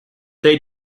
they